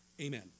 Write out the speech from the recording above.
Amen